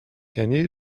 you